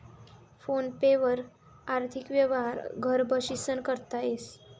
phone पे वरी आर्थिक यवहार घर बशीसन करता येस